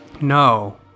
No